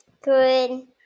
Good